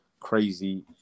crazy